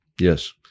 Yes